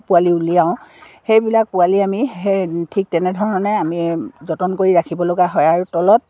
পোৱালি উলিয়াওঁ সেইবিলাক পোৱালি আমি সেই ঠিক তেনেধৰণে আমি যতন কৰি ৰাখিবলগা হয় আৰু তলত